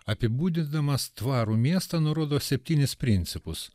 apibūdindamas tvarų miestą nurodo septynis principus